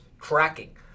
tracking